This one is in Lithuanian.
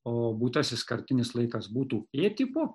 o būtasis kartinis laikas būtų ė tipo